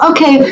Okay